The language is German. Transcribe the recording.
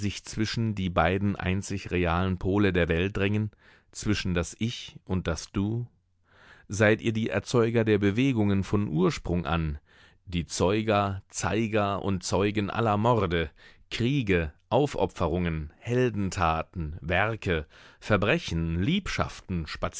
zwischen die beiden einzig realen pole der welt drängen zwischen das ich und das du seid ihr die erzeuger der bewegungen von ursprung an die zeuger zeiger und zeugen aller morde kriege aufopferungen heldentaten werke verbrechen liebschaften